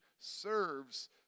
serves